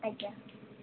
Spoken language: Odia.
ଆଜ୍ଞା